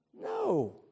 No